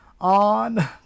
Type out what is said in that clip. on